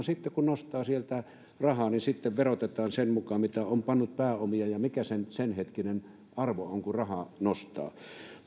sitten aikanaan kun nostaa sieltä rahaa verotetaan sen mukaan mitä on pannut pääomia ja mikä sen senhetkinen arvo on kun rahaa nostaa